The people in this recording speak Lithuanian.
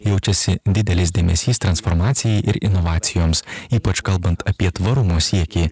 jaučiasi didelis dėmesys transformacijai ir inovacijoms ypač kalbant apie tvarumo siekį